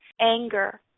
anger